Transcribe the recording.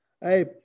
Hey